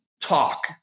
talk